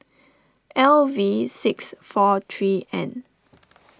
L V six four three N